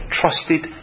trusted